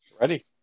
ready